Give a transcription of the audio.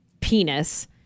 penis